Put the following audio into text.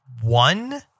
one